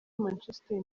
manchester